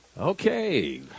Okay